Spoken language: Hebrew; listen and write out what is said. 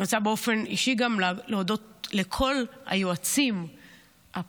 אני רוצה באופן אישי להודות גם לכל היועצים הפרלמנטריים,